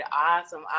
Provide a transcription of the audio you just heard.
awesome